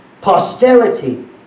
posterity